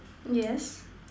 yes